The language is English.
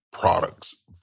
products